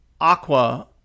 Aqua